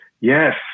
Yes